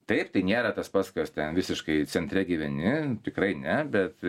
taip tai nėra tas pats kas ten visiškai centre gyveni tikrai ne bet